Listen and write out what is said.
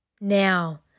Now